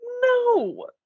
No